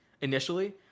Initially